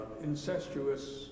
incestuous